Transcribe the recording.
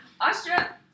Austria